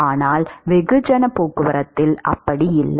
ஆனால் வெகுஜன போக்குவரத்தில் அப்படி இல்லை